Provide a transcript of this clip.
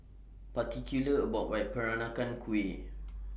particular about My Peranakan Kueh